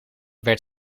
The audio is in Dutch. werd